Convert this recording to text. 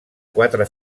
quatre